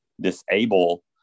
disable